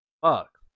Fuck